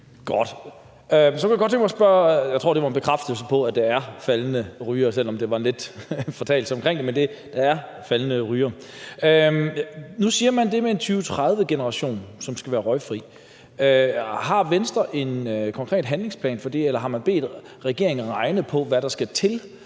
(NB): Godt. Jeg tror, det var en bekræftelse af, at der er et faldende antal rygere. Nu siger man det med en 2030-generation, som skal være røgfri. Har Venstre en konkret handlingsplan for det, eller har man bedt regeringen regne på, hvad der skal til